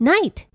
Night